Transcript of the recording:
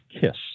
Kiss